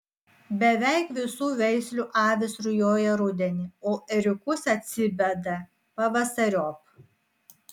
beveik visų veislių avys rujoja rudenį o ėriukus atsiveda pavasariop